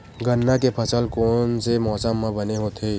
गन्ना के फसल कोन से मौसम म बने होथे?